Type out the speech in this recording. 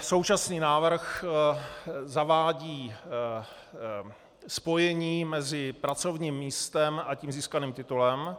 Současný návrh zavádí spojení mezi pracovním místem a získaným titulem.